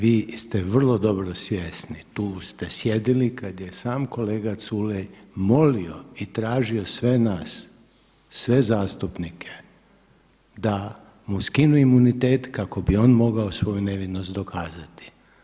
Vi ste vrlo dobro svjesni, tu ste sjedili kad je sam kolega Culej molio i tražio sve nas, sve zastupnike da mu skinu imunitet kako bi on mogao svoju nevinost dokazati.